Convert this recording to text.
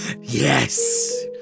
Yes